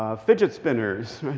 ah fidget spinners.